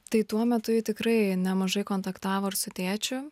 tai tuo metu ji tikrai nemažai kontaktavo ir su tėčiu